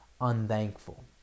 unthankful